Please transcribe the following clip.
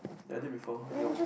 ya I did before 有